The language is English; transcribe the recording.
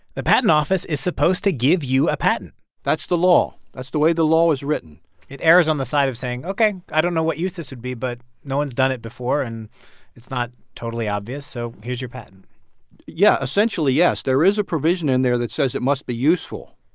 the patent office is supposed to give you a patent that's the law. that's the way the law is written it errs on the side of saying, ok, i don't know what use this would be, but no one's done it before and it's not totally obvious, so here's your patent yeah. essentially, yes. there is a provision in there that says it must be useful.